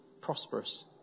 prosperous